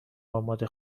آماده